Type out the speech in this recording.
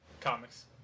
Comics